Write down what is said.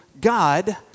God